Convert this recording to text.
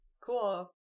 Cool